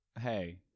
hey